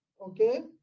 Okay